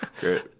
Great